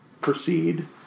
proceed